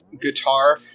guitar